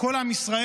כל עם ישראל,